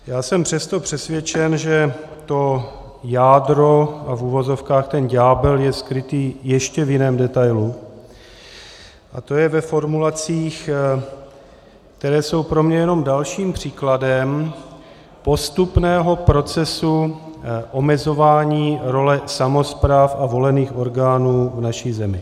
Já jsem přesto přesvědčen, že to jádro, v uvozovkách ten ďábel je skrytý ještě v jiném detailu, a to ve formulacích, které jsou pro mě jenom dalším příkladem postupného procesu omezování role samospráv a volených orgánů v naší zemi.